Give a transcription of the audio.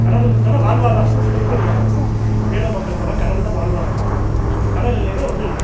கடல்தான் வாழ்வாதாரம் வாழ்வாதாரம் மீனவ மக்களுக்கெல்லாம் கடல்தான் வாழ்வாதாரம் கடல் இல்லையின்னா ஒன்றும் இல்லை